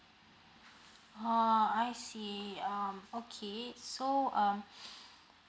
oh I see um okay so um